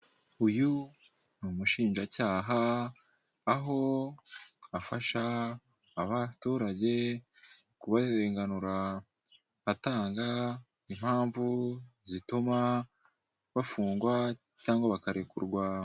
Aha ni ahantu ba mukerarugendo cyangwa abanyamahanga n'abenegihugu bashobora gukoresha baruhuka hari amazi boga mo batagombeye kujya mu kivu.